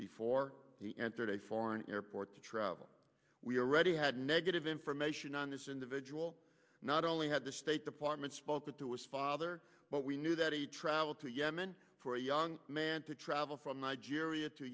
before he entered a foreign airport to travel we already had negative information on this individual not only had the state department spoken to his father but we knew that he traveled to yemen for a young man to travel from nigeria to